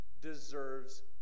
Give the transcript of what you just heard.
deserves